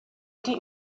die